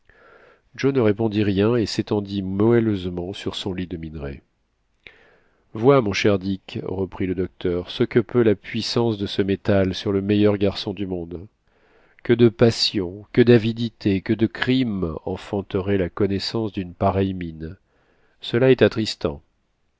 joe ne répondit rien et s'étendit moelleusement sur son lit de minerai vois mon cher dick reprit le docteur ce que peut la puissance de ce métal sur le meilleur garçon du monde que de passions que d'avidités que de crimes enfanterait la connaissance d'une pareille mine cela est attristant